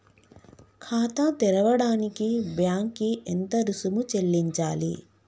ఖాతా తెరవడానికి బ్యాంక్ కి ఎంత రుసుము చెల్లించాలి?